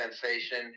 Sensation